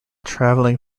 travelling